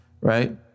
right